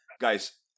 guys